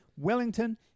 Wellington